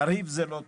לריב זה לא טוב.